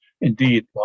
indeed